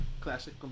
classic